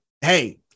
Hey